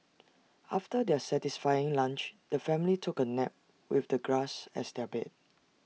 after their satisfying lunch the family took A nap with the grass as their bed